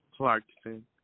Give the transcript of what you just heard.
Clarkson